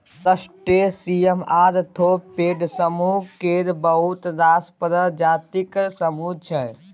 crustaceans arthropod समुह केर बहुत रास प्रजातिक समुह छै